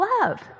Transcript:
love